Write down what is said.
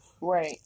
Right